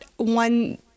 One